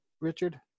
Richard